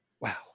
Wow